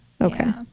Okay